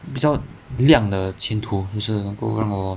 比较亮的前途就是能够让我